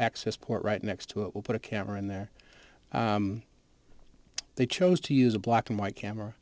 access port right next to it will put a camera in there they chose to use a black and white camera